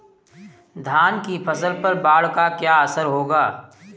धान की फसल पर बाढ़ का क्या असर होगा?